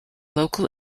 local